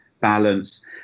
balance